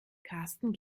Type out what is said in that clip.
karsten